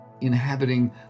inhabiting